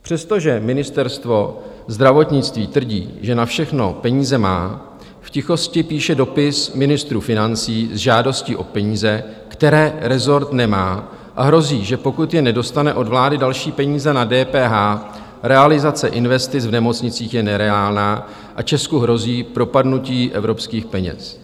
Přestože Ministerstvo zdravotnictví tvrdí, že na všechno peníze má, v tichosti píše dopis ministru financí s žádostí o peníze, které rezort nemá, a hrozí, že pokud nedostane od vlády další peníze na DPH, realizace investic v nemocnicích je nereálná a Česku hrozí propadnutí evropských peněz.